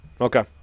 Okay